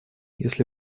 если